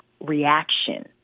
reaction